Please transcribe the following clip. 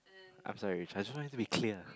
I'm sorry I just want it to be clear